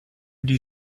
die